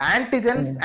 Antigens